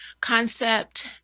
concept